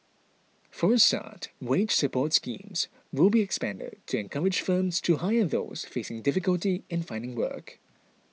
for a start wage support schemes will be expanded to encourage firms to hire those facing difficulty in finding work